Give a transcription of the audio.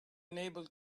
unable